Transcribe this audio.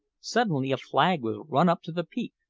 suddenly a flag was run up to the peak,